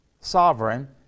sovereign